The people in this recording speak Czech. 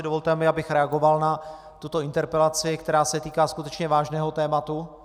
Dovolte mi, abych reagoval na tuto interpelaci, která se týká skutečně vážného tématu.